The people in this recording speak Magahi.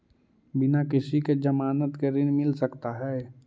बिना किसी के ज़मानत के ऋण मिल सकता है?